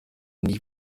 nie